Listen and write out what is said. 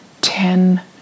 ten